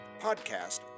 podcast